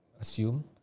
assume